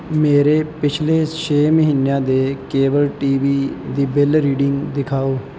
ਮੇਰੇ ਪਿਛਲੇ ਛੇ ਮਹੀਨਿਆਂ ਦੇ ਕੇਬਲ ਟੀ ਵੀ ਦੀ ਬਿੱਲ ਰੀਡਿੰਗ ਦਿਖਾਓ